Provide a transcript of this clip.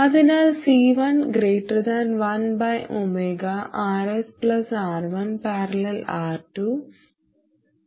അതിനാൽ C11ωRSR1||R2